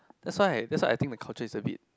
that's why that's why I think the culture is a bit